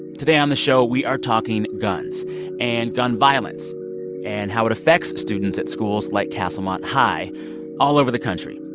today on the show, we are talking guns and gun violence and how it affects students at schools like castlemont high all over the country.